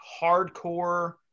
hardcore